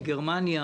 אני מבקש